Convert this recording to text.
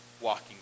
walking